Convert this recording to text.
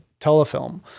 telefilm